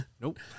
Nope